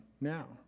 now